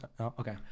okay